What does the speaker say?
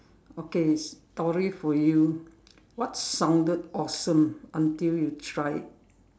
okay story for you what sounded awesome until you try it